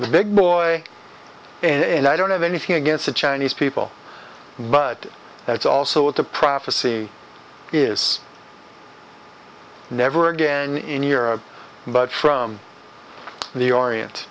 the big boy and i don't have anything against the chinese people but that's also what the prophecy is never again in europe but from the orient